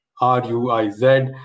R-U-I-Z